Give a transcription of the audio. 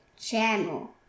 channel